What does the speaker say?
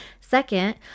second